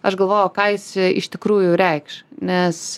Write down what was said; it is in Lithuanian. aš galvoju o ką jis iš tikrųjų reikš nes